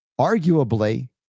Arguably